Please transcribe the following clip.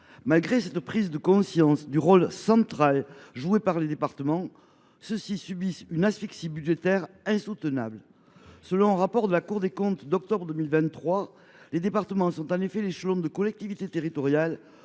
dépit de la prise de conscience du rôle central joué par les départements, ces derniers subissent une asphyxie budgétaire insoutenable. Selon un rapport de la Cour des comptes d’octobre 2023, les départements sont l’échelon de collectivité territoriale